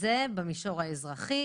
זה במישור האזרחי.